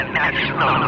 national